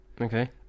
Okay